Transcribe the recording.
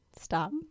Stop